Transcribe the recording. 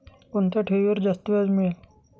कोणत्या ठेवीवर जास्त व्याज मिळेल?